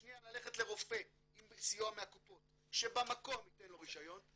השנייה ללכת לרופא עם סיוע מהקופות שבמקום ייתן לו רישיון.